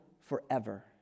forever